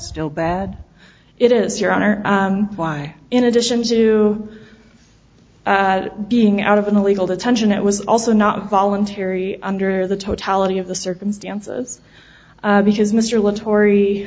still bad it is your honor why in addition to being out of an illegal detention it was also not voluntary under the totality of the circumstances because mr le tor